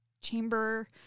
chamber